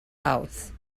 house